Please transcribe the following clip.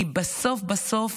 כי בסוף בסוף